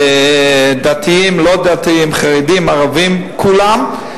דתיים, לא-דתיים, חרדים, ערבים, כולם.